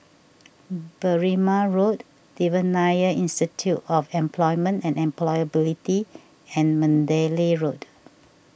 Berrima Road Devan Nair Institute of Employment and Employability and Mandalay Road